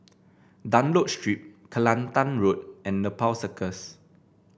Dunlop Street Kelantan Road and Nepal Circus